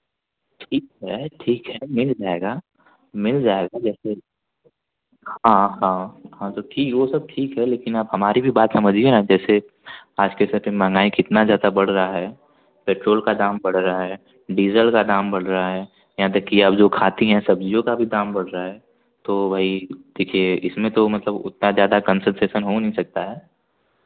ठीक है ठीक है मिल जाएगा मिल जाएगा या फिर हाँ हाँ हाँ तो ठीक वो सब ठीक है लेकिन आप हमारी भी बात समझिए न जैसे आज के समय पर महँगाई कितना ज़्यादा बढ़ रहा है पेट्रोल का दाम बढ़ रहा है डीजल का दाम बढ़ रहा है यहाँ तक कि आप जो खाती हैं सब्ज़ियों का भी दाम बढ़ रहा है तो भाई देखिए इसमें तो मतलब उतना ज़्यादा कोंसेसन हो नहीं सकता है